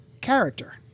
character